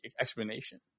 explanation